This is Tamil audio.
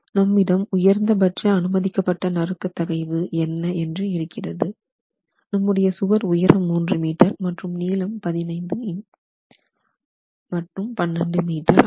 நம்மிடம் உயர்ந்தபட்ச அனுமதிக்கப்பட்ட நறுக்க தகைவு என்ன என்று இருக்கிறது நம்முடைய சுவர் உயரம் 3 m மற்றும் நீளம் 15 12 மீட்டர் ஆகும்